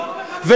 חיליק,